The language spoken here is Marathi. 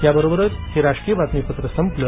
याबरोबरच हे राष्ट्रीय बातमीपत्र संपलं